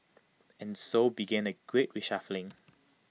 and so began A great reshuffling